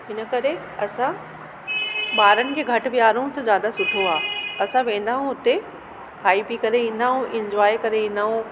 हिन करे असां ॿारनि खे घटि विहारियो त ज्यादा सुठो आहे असां वेंदा आहियूं हुते खाई पी करे ईंदा आहियूं इंजॉय करे ईंदा आहियूं